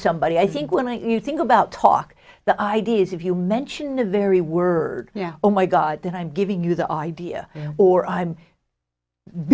somebody i think when i you think about talk the idea is if you mention a very word yeah oh my god then i'm giving you the idea or i'm